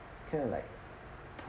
kind of like